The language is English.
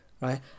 right